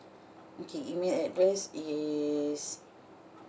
okay email address is